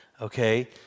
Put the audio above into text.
okay